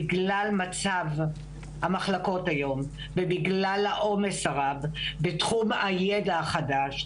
בגלל מצב המחלקות היום ובגלל העומס הרב בתחום הידע החדש,